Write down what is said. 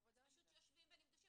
אז פשוט יושבים ונפגשים.